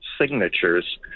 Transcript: signatures